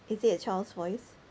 is it a child's voice